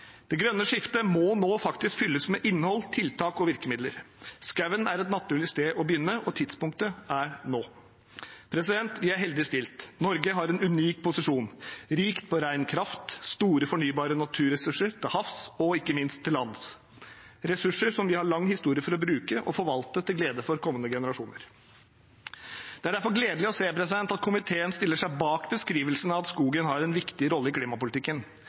Det grønne skiftet må nå faktisk fylles med innhold, tiltak og virkemidler. Skogen er et naturlig sted å begynne, og tidspunktet er nå. Vi er heldig stilt. Norge har en unik posisjon – rikt på ren kraft, store fornybare naturressurser til havs og ikke minst til lands, ressurser som vi har lang historie for å bruke og forvalte til glede for kommende generasjoner. Det er derfor gledelig å se at komiteen stiller seg bak beskrivelsen av at skogen har en viktig rolle i klimapolitikken.